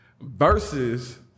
versus